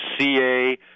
ca